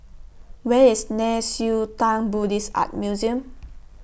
Where IS Nei Xue Tang Buddhist Art Museum